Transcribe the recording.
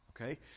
Okay